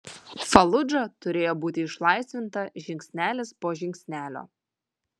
faludža turėjo būti išlaisvinta žingsnelis po žingsnelio